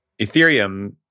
Ethereum